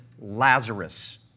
Lazarus